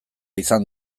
izan